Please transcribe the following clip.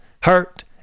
hurt